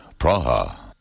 Praha